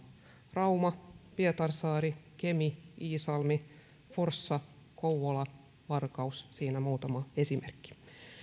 rauma pietarsaari kemi iisalmi forssa kouvola varkaus siinä muutama esimerkki